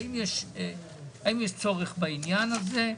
האם יש צורך בעניין הזה?